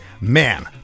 man